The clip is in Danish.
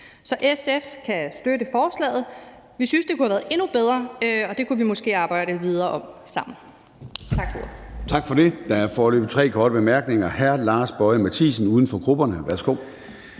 Så SF kan støtte forslaget. Vi synes, det kunne have været endnu bedre, og det kunne vi måske arbejde videre på sammen.